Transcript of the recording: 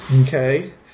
Okay